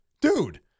dude